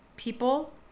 people